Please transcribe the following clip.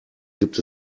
gibt